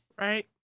right